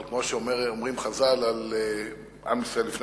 אבל כמו שאומרים חז"ל על עם ישראל לפני